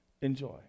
Enjoy